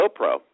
GoPro